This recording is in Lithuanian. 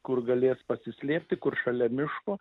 kur galės pasislėpti kur šalia miško